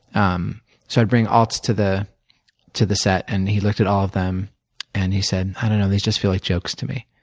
um so i'd bring alts to the to the set and he'd looked at all of them and he said, i don't know. these just feel like jokes to me.